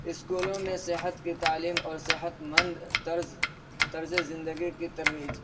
اسکولوں میں صحت کی تعلیم اور صحتمند طرز طرز زندگی کی ترویج